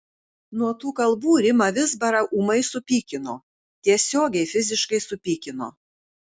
nuo tų kalbų rimą vizbarą ūmai supykino tiesiogiai fiziškai supykino